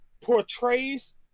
Portrays